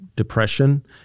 depression